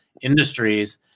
industries